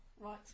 Right